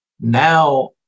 now